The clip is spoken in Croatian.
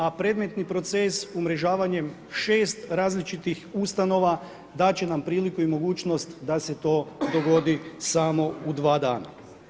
A predmetni proces umrežavanjem 6 različitih ustanova dati će nam priliku i mogućnost da se to dogodi samo u 2 dana.